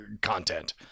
content